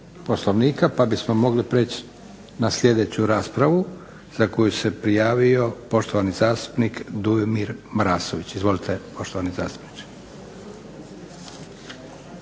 pa bismo mogli prijeći na sljedeću raspravu za koju se prijavio poštovani zastupnik Dujomir Marasović. Izvolite poštovani zastupniče.